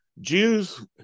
Jews